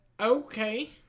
Okay